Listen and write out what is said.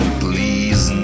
please